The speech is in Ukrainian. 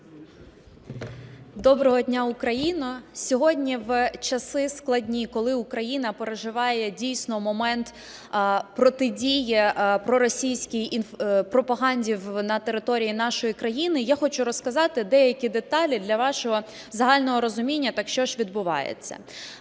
Доброго дня, Україно! Сьогодні в часи складні, коли Україна переживає, дійсно, момент протидії проросійській пропаганді на території нашої країни, я хочу розказати деякі деталі для вашого загального розуміння – так що ж відбувається.